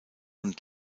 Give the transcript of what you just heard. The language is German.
und